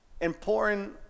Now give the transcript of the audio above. important